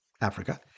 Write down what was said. Africa